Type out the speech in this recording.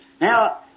Now